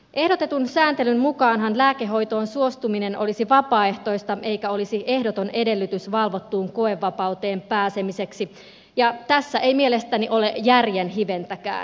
ehdotetun sääntelyn mukaanhan lääkehoitoon suostuminen olisi vapaaehtoista eikä olisi ehdoton edellytys valvottuun koevapauteen pääsemiseksi ja tässä ei mielestäni ole järjen hiventäkään